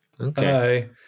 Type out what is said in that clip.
Okay